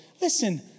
Listen